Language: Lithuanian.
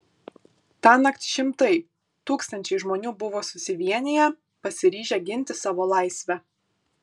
tąnakt šimtai tūkstančiai žmonių buvo susivieniję pasiryžę ginti savo laisvę